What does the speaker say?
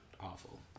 awful